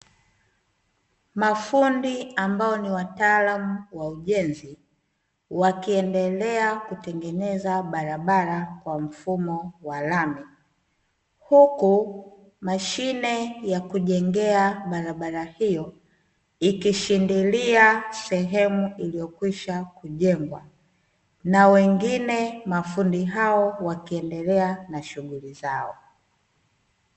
Mafundi ambao ni wataalamu wa ujenzi, wakiendelea kutengeneza barabara kwa mfumo wa lami, huku mashine ya kujengea barabara hiyo ikishindilia sehemu iliyokwisha kujengwa na wengine mafundi hao wakiendelea na shughuli zao.